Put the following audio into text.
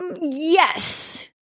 Yes